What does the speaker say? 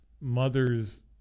mother's